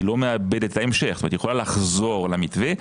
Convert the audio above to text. היא לא מאבדת את ההמשך והיא יכולה לחזור למתווה.